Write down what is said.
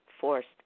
forced